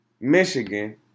Michigan